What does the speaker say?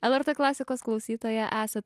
lrt klasikos klausytoja esat